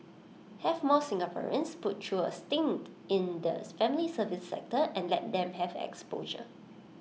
have more Singaporeans put through A stint in the family service sector and let them have exposure